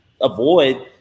avoid